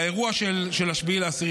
באירוע של 7 באוקטובר.